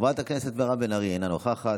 חברת הכנסת מירב בן ארי, אינה נוכחת,